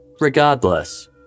Regardless